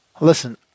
Listen